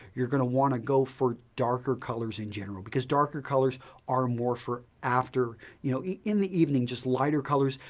you're going to want to go for darker colors in general because darker colors are more for after you know in the evening, lighter colors,